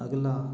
अगला